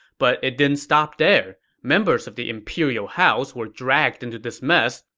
but it didn't stop there. members of the imperial house were dragged into this mess,